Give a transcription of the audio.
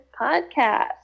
podcast